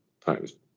times